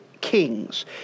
Kings